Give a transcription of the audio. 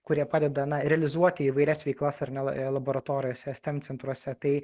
kurie padeda na realizuoti įvairias veiklas ar ne laboratorijose steam centruose tai